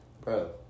Bro